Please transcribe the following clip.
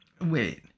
wait